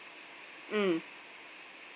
mm